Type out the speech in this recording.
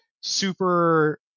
super